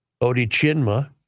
Odichinma